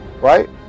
right